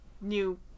new